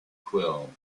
quill